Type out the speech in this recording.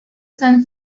sun